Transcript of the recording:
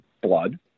blood